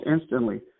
instantly